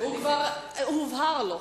הובהר לו.